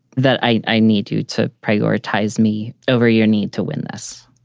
that i need you to prioritize me over your need to win this?